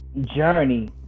journey